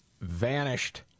vanished